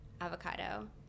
avocado